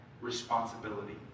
responsibility